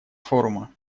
форума